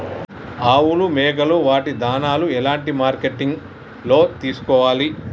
ఆవులు మేకలు వాటి దాణాలు ఎలాంటి మార్కెటింగ్ లో తీసుకోవాలి?